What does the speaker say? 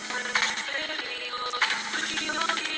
तरकारी केँ खेती सऽ संबंधित केँ कुन योजना छैक?